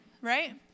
right